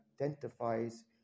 identifies